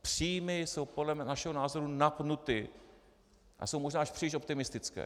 Příjmy jsou podle našeho názoru napnuty a jsou možná až příliš optimistické.